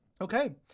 Okay